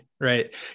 right